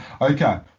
okay